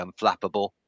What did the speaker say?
unflappable